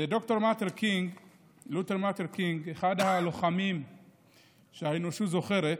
ד"ר מרטין לותר קינג, אחד הלוחמים שהאנושות זוכרת,